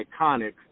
iconic